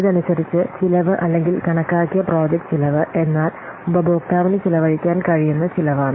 ഇതനുസരിച്ച് ചെലവ് അല്ലെങ്കിൽ കണക്കാക്കിയ പ്രോജക്റ്റ് ചെലവ് എന്നാൽ ഉപഭോക്താവിന് ചെലവഴിക്കാൻ കഴിയുന്ന ചെലവാണ്